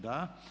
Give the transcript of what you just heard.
Da.